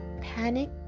panic